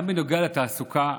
גם בנוגע לתעסוקה,